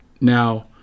Now